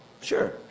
Sure